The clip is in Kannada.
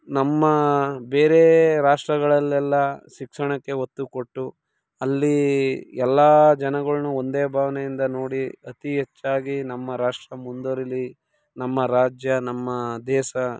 ನಮ್ಮ ಬೇರೆ ರಾಷ್ಟ್ರಗಳಲ್ಲೆಲ್ಲ ಶಿಕ್ಷಣಕ್ಕೆ ಒತ್ತುಕೊಟ್ಟು ಅಲ್ಲಿ ಎಲ್ಲ ಜನಗಳನ್ನು ಒಂದೇ ಭಾವ್ನೆಯಿಂದ ನೋಡಿ ಅತೀ ಹೆಚ್ಚಾಗಿ ನಮ್ಮ ರಾಷ್ಟ್ರ ಮುಂದುವರೀಲಿ ನಮ್ಮ ರಾಜ್ಯ ನಮ್ಮ ದೇಶ